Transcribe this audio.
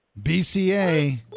BCA